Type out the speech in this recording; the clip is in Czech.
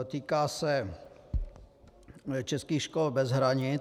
Týká se českých škol bez hranic.